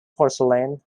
porcelain